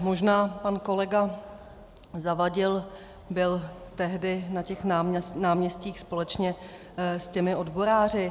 Možná pan kolega Zavadil byl tehdy na těch náměstích společně s těmi odboráři.